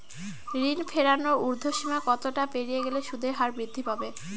ঋণ ফেরানোর উর্ধ্বসীমা কতটা পেরিয়ে গেলে সুদের হার বৃদ্ধি পাবে?